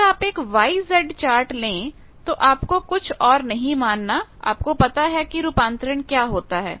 अगर आप एक YZ चार्ट ले तो आपको कुछ और नहीं मानना आपको पता है कि रूपांतरण क्या होता है